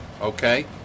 okay